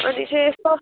अनि चाहिँ यस्तो